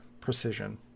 precision